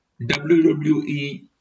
WWE